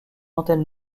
antenne